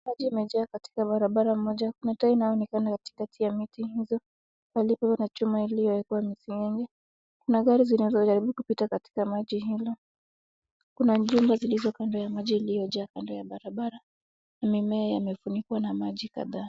Maji imejaza katika barabara moja. Kuna taa inaonekana katikati ya miti hizo. Pahali pako na chuma iliyowekwa miseng'enge. Kuna gari zinazojaribu kupita katika maji hilo. Kuna nyumba zilizoko kando ya maji iliyojaa kando ya barabara na mimea yamefunikwa na maji kadhaa.